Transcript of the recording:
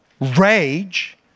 rage